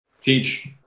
teach